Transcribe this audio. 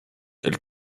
elle